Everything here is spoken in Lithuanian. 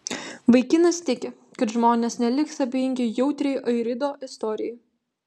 vaikinas tiki kad žmonės neliks abejingi jautriai airido istorijai